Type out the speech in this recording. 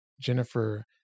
jennifer